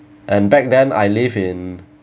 and back then I live in